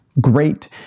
great